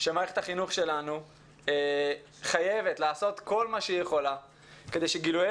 שמערכת החינוך שלנו חייבת לעשות כל מה שהיא יכולה כדי שגילויי